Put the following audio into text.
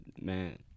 man